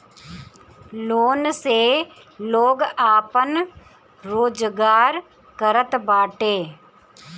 loan से लोग आपन रोजगार करत बाटे